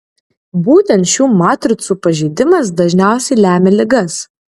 būtent šių matricų pažeidimas dažniausiai lemia ligas